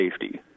safety